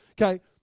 Okay